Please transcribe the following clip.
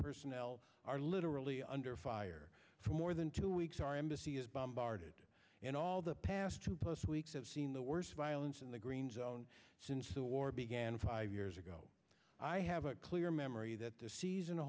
personnel are literally under fire for more than two weeks our embassy is bombarded and all the past two plus weeks have seen the worst violence in the green zone since the war began five years ago i have a clear memory that the season